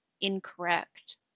incorrect